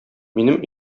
минем